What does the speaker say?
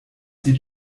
die